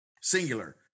singular